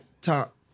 top